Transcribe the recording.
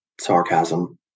sarcasm